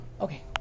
Okay